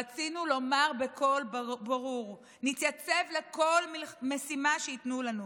רצינו לומר בקול ברור: נתייצב לכל משימה שייתנו לנו."